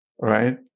Right